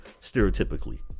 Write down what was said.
stereotypically